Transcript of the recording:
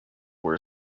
were